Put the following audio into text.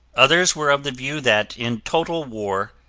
others were of the view that in total war,